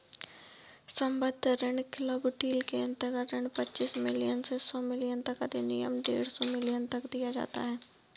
सम्बद्ध ऋण club deal के अंतर्गत ऋण पच्चीस मिलियन से सौ मिलियन तक अधिकतम डेढ़ सौ मिलियन तक दिया जाता है